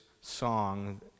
song